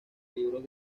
libros